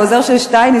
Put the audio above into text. העוזר של שטייניץ,